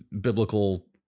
biblical